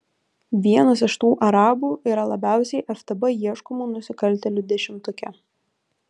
vienas iš tų arabų yra labiausiai ftb ieškomų nusikaltėlių dešimtuke